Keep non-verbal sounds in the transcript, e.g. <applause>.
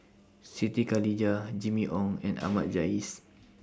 Siti Khalijah Jimmy Ong and <noise> Ahmad Jais